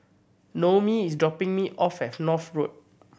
Noemi is dropping me off at North Road